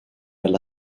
alla